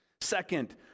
Second